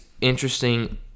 interesting